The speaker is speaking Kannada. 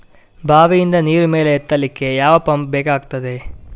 ಬಾವಿಯಿಂದ ನೀರು ಮೇಲೆ ಎತ್ತಲಿಕ್ಕೆ ಯಾವ ಪಂಪ್ ಬೇಕಗ್ತಾದೆ?